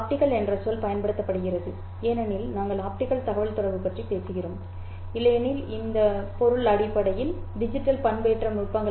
optical என்ற சொல் பயன்படுத்தப்படுகிறது ஏனெனில் நாங்கள் ஆப்டிகல் தகவல்தொடர்பு பற்றி பேசுகிறோம் இல்லையெனில் இந்த பொருள் அடிப்படையில் டிஜிட்டல் பண்பேற்றம் நுட்பங்கள்